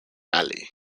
valley